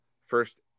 First